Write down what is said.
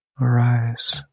arise